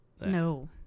No